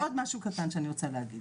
יש עוד משהו קטן שאני רוצה להגיד.